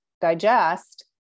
digest